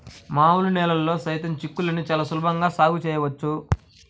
మామూలు నేలల్లో సైతం చిక్కుళ్ళని చాలా సులభంగా సాగు చేయవచ్చు